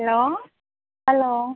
hello hello